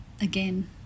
again